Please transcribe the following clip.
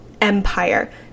empire